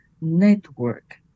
network